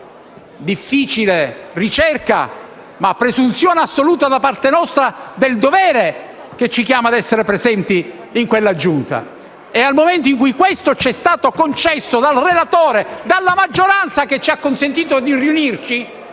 Difficile ricerca, ma presunzione assoluta da parte nostra del dovere che ci chiama ad essere presenti in quella Giunta. Nel momento in cui questo ci è stato concesso dal relatore e dalla maggioranza, che ci hanno consentito di riunirci,